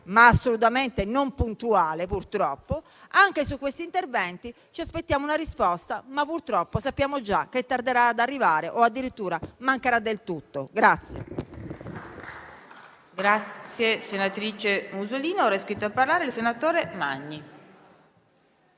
ma assolutamente non puntuale, purtroppo. Anche su questi interventi ci aspettiamo una risposta, ma purtroppo sappiamo già che tarderà ad arrivare o addirittura mancherà del tutto. PRESIDENTE. È iscritto a parlare il senatore Magni.